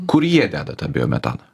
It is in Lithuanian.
kur jie deda tą biometaną